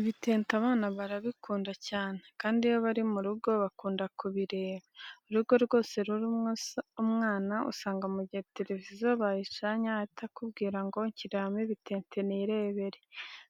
Ibitente abana barabikunda cyane kandi iyo bari mu rugo bakunda kubireba. Urugo rwose rurimo umwana usanga mu gihe televiziyo bayicanye ahita akubwira ngo nshyiriramo ibitente nirebere.